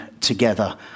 together